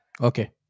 Okay